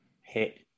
hit